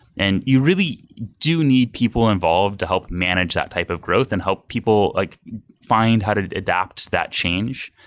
and you really do need people involved to help manage that type of growth and help people like find how to adapt to that change.